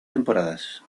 temporadas